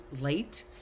late